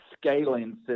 scaling